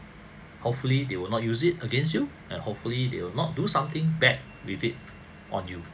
hopefully they will not use it against you and hopefully they will not do something bad with it on you